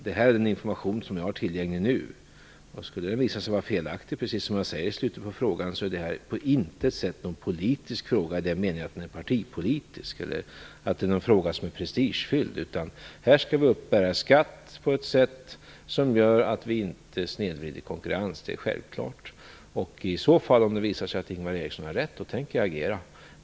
Det här är den information som jag har tillgänglig nu, och om den skulle visa sig vara felaktig - precis som jag säger i slutet av svaret - är det på intet sätt någon politisk fråga, i den meningen att den är partipolitisk, eller en fråga som är prestigefylld. Här skall vi uppbära skatt på ett sådant sätt att vi inte snedvrider konkurrensen - det är självklart. Om det visar sig att Ingvar Eriksson har rätt skall jag agera.